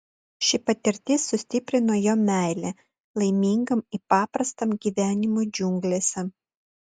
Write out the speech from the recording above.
ši patirtis sustiprino jo meilę laimingam ir paprastam gyvenimui džiunglėse